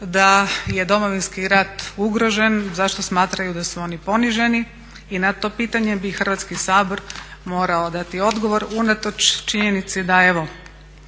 da je Domovinski rat ugrožen, zašto smatraju da su oni poniženi? I na to pitanje bi Hrvatski sabor morao dati odgovor unatoč činjenici da evo